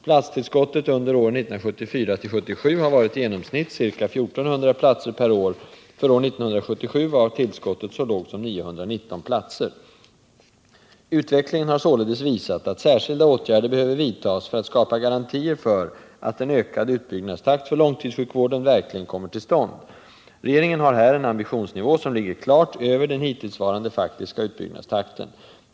Platstillskottet under åren 1974-1977 har varit i genomsnitt ca 1 400 platser per år. För år 1977 var tillskottet så lågt som 919 platser. Utvecklingen har således visat att särskilda åtgärder behöver vidtas för att skapa garantier för att en ökad utbyggnadstakt för långtidssjukvården verkligen kommer till stånd. Regeringen har här en ambitionsnivå som ligger klart över den hittillsvarande faktiska utbyggnadstakten.